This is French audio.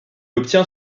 obtient